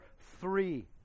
three